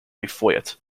foyt